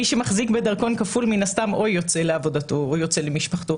מי שמחזיק בדרכון כפול מן הסתם או יוצא לעבודתו או למשפחתו.